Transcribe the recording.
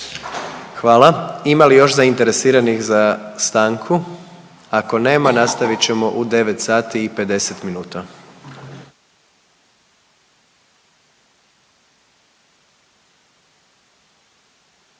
Hvala. Ima li još zainteresiranih za stanku, ako nema nastavit ćemo u 9 sati i 50 minuta.